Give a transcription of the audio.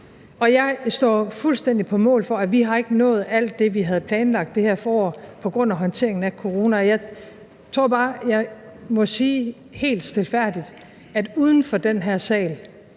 Jeg står fuldstændig på mål for, at vi ikke har nået alt det, vi havde planlagt i det her forår, på grund af håndteringen af corona. Og jeg tror bare, at jeg må sige helt stilfærdigt, at uden for den her sal